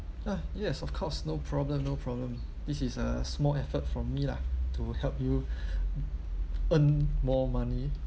ah yes of course no problem no problem this is a small effort from me lah to help you earn more money